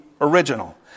original